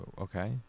okay